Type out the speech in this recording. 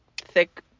thick